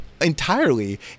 entirely